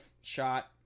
shot